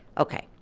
ok.